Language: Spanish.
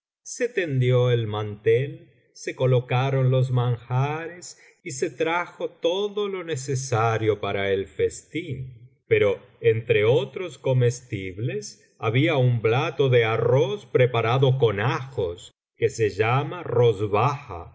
se tendió el mantel se colocaron los manjares y se trajo todo lo necesario para el festín pero entre otros comestibles había un plato de arroz preparado con ajos que se llama rozbaja